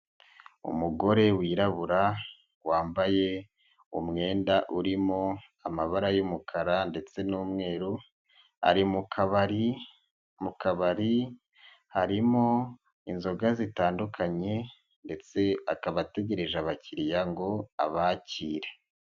Umugore wirabura wambaye umwenda urimo amabara y'umukara ndetse n'umweru, ari mu kabari, mu kabari harimo inzoga zitandukanye ndetse akaba ategereje abakiriya ngo abakire.